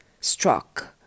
struck